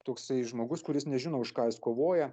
toksai žmogus kuris nežino už ką jis kovoja